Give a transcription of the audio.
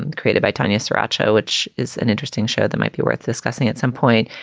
and created by tanya saraceno, which is an interesting show that might be worth discussing at some point.